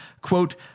Quote